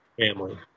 family